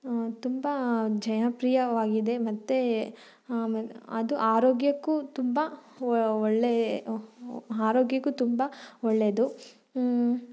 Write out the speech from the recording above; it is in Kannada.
ತುಂಬ ಜನಪ್ರಿಯವಾಗಿದೆ ಮತ್ತು ಅದು ಆರೋಗ್ಯಕ್ಕೂ ತುಂಬ ಒಳ್ಳೆಯ ಆರೋಗ್ಯಕ್ಕೂ ತುಂಬ ಒಳ್ಳೆಯದು